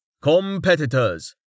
Competitors